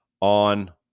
on